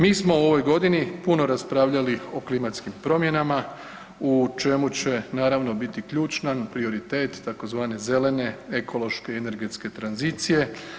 Mi smo u ovoj godini puno raspravljali o klimatskim promjenama u čemu će naravno biti ključan prioritet tzv. zelene ekološke energetske tranzicije.